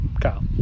Kyle